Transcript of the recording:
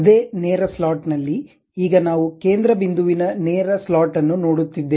ಅದೇ ನೇರ ಸ್ಲಾಟ್ ನಲ್ಲಿ ಈಗ ನಾವು ಕೇಂದ್ರ ಬಿಂದುವಿನ ನೇರ ಸ್ಲಾಟ್ ಅನ್ನು ನೋಡುತ್ತಿದೇವೆ